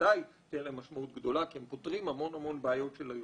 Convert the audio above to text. בוודאי תהיה להם משמעות גדולה כי הם פותרים המון המון בעיות של היומיום,